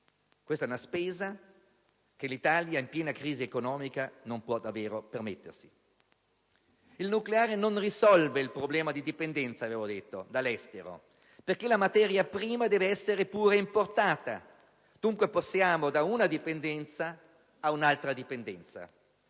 Questa è una spesa che l'Italia, in piena crisi economica, non può davvero permettersi. Il nucleare non risolve poi il problema di dipendenza dall'estero, perché la materia prima deve essere pure importata, dunque passiamo da una dipendenza all'altra. Oltre a